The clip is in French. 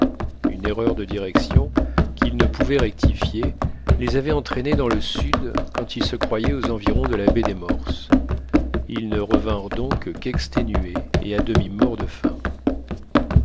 une erreur de direction qu'ils ne pouvaient rectifier les avait entraînés dans le sud quand ils se croyaient aux environs de la baie des morses ils ne revinrent donc qu'exténués et à demi morts de faim